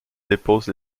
dépose